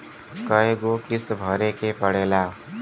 कय गो किस्त भरे के पड़ेला?